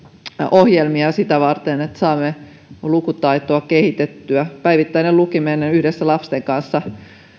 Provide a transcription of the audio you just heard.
ohjelmia sitä varten että saamme lukutaitoa kehitettyä päivittäinen lukeminen yhdessä lasten kanssa